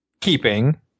keeping